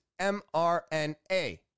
mrna